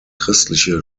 christliche